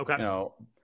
Okay